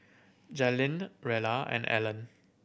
Jaylin Rella and Allen